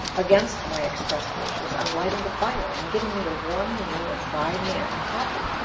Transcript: against my expressed wishes, on lighting the fire and getting me a warm meal of fried ham and coffee,